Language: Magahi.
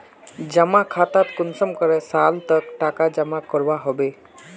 जमा खातात कुंसम करे साल तक टका जमा करवा होबे?